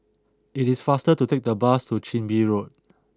it is faster to take the bus to Chin Bee Road